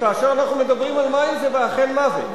כאשר אנחנו מדברים על מים, זה אכן מוות.